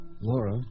Laura